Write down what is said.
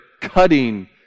cutting